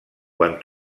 quan